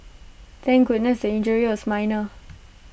thank goodness the injury was minor